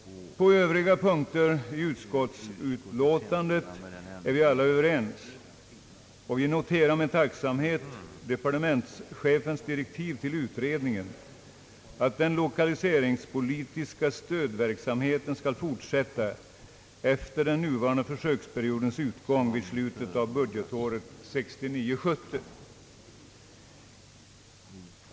På övriga punkter i utskottsutlåtandet är vi alla överens. Vi noterar med tacksamhet departementschefens direktiv till utredningen, att den lokaliseringspolitiska stödverksamheten skall fortsätta efter den nuvarande försöksperiodens utgång vid slutet av budgetåret 1969/70.